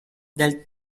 del